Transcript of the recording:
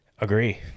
Agree